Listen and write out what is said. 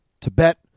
Tibet